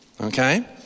Okay